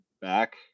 back